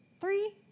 Three